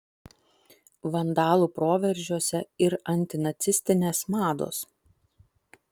vandalų proveržiuose ir antinacistinės mados